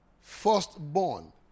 firstborn